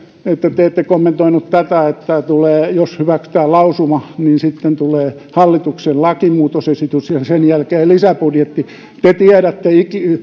te te ette kommentoinut tätä että jos hyväksytään lausuma niin sitten tulee hallituksen lakimuutosesitys ja sen jälkeen lisäbudjetti te tiedätte